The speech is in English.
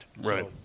Right